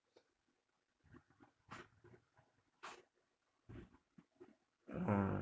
uh